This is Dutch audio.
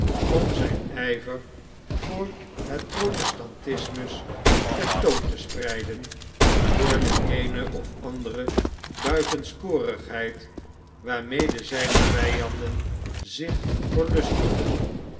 om zijn ijver voor het protestantismus ten toon te spreiden door de eene of andere buitensporigheid waarmede zijne vijanden zich